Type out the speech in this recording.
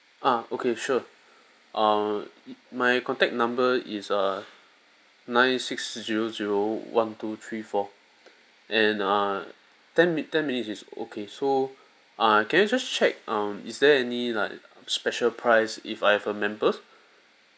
ah okay sure uh my contact number is err nine six zero zero one two three four and uh ten minute ten minute is okay so uh can I just check um is there any like special price if I have a member